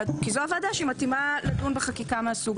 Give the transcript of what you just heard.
כי זאת הוועדה שמתאימה לדון בחקיקה מהסוג הזה.